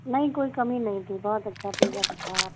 نہیں کوئی کمی نہیں تھی بہت اچھا پیزا تو تھا آپ کا